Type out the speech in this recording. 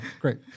great